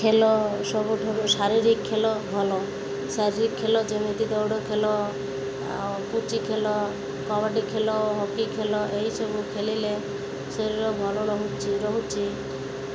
ଖେଳ ସବୁଠାରୁ ଶାରୀରିକ ଖେଳ ଭଲ ଶାରୀରିକ ଖେଳ ଯେମିତି ଦୌଡ଼ ଖେଳ ଆଉ ପୁଚି ଖେଳ କବାଡ଼ି ଖେଳ ହକି ଖେଳ ଏହିସବୁ ଖେଳିଲେ ଶରୀର ଭଲ ରହୁଛି ରହୁଛି